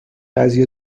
قضیه